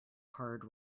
hard